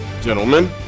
Gentlemen